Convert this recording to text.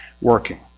working